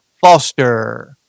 Foster